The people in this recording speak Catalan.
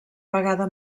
vegada